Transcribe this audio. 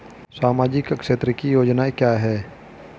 सामाजिक क्षेत्र की योजनाएं क्या हैं?